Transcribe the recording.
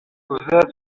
uzaze